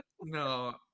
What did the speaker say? No